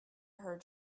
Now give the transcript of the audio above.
her